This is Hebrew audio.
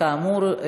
כאמור,